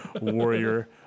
warrior